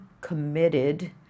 committed